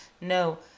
No